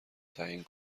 تعیین